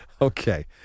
Okay